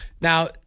Now